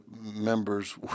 members